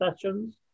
sessions